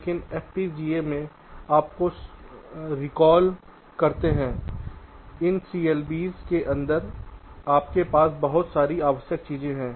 लेकिन FPGA में आपको रिकॉल करते है इन CLBs के अंदर आपके पास बहुत सारी अनावश्यक चीजें हैं